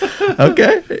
Okay